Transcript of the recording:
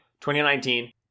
2019